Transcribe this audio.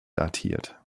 datiert